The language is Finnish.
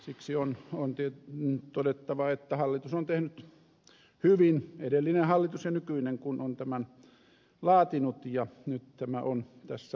siksi on todettava että hallitus on tehnyt hyvin edellinen hallitus ja nykyinen kun on tämän laatinut ja nyt tämä on tässä loppuvaiheessa